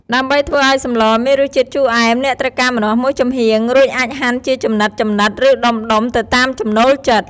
ដើម្បីធ្វើឲ្យសម្លមានរសជាតិជូរអែម អ្នកត្រូវការ ម្នាស់មួយចំហៀង រួចអាចហាន់ជាចំណិតៗ ឬដុំៗ ទៅតាមចំណូលចិត្ត។